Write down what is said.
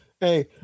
hey